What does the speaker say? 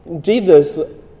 Jesus